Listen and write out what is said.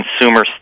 consumer